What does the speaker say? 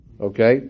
Okay